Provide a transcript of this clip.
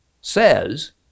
says